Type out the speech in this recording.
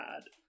bad